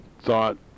thought